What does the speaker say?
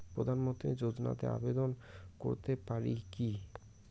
প্রধানমন্ত্রী যোজনাতে আবেদন করতে পারি কি?